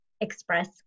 express